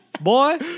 boy